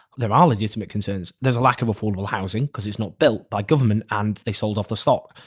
there are legitimate concerns. there's a lack of affordable housing because it's not built by government and they sold off the stock.